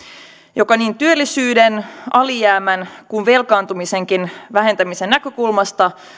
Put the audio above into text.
joka niin työllisyyden alijäämän kuin velkaantumisenkin vähentämisen näkökulmasta